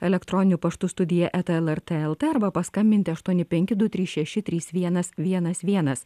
elektroniu paštu studija eta lrt lt arba paskambinti aštuoni penki du trys šeši trys vienas vienas vienas